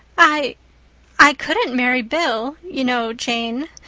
i i couldn't marry bill, you know, jane,